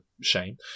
shame